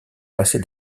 passer